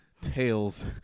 Tails